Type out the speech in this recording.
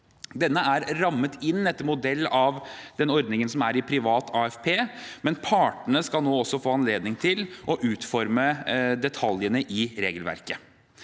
Denne er rammet inn etter modell av den ordningen som er i privat AFP, men partene skal nå også få anledning til å utforme detaljene i regelverket.